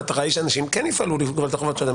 המטרה היא שאנשים כן יפעלו לגבות את החובות שלהם.